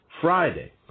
Friday